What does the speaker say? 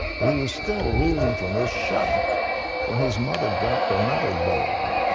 but he was still reeling from this shock when his mother dropped another bomb.